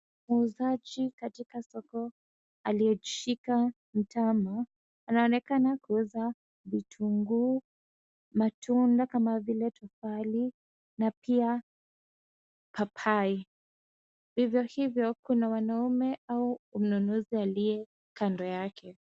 Muuzaji katika soko aliyejishika mtama, anaonekana kuuza vitunguu, matunda kama vile tufahi na pia papai. Vivyo hivyo kuna wanaume au mnunuzi aliye kando yake.